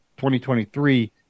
2023